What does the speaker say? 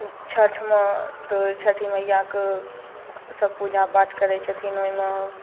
छठिमे तऽ छठि मइयाके सब पूजापाठ करै छथिन ओहिमे